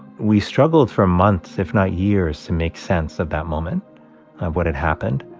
we struggled for months, if not years, to make sense of that moment, of what had happened.